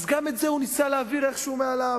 אז גם את זה הוא ניסה להעביר איכשהו מעליו.